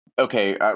okay